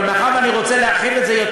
אבל מאחר שאני רוצה להחיל את זה,